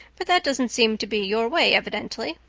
but that doesn't seem to be your way evidently.